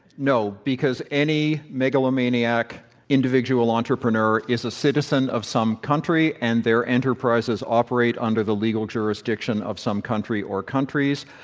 no. because any megalomaniac individual entrepreneur is a citizen of some country and their enterprises operate under the legal jurisdiction of some country, or countries